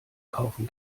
kaufen